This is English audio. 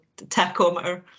tachometer